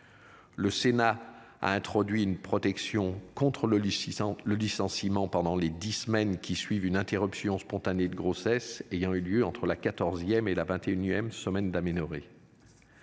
Le Sénat a introduit une protection contre le lit 600 le licenciement pendant les 10 semaines qui suivent une interruption spontanée de grossesse ayant eu lieu entre la 14ème et la 21ème semaine d'aménorrhée.